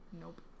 nope